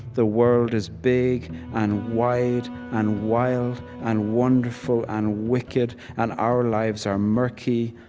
the world is big and wide and wild and wonderful and wicked, and our lives are murky,